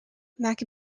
mack